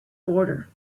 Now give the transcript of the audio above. border